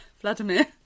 Vladimir